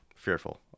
Fearful